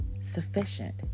sufficient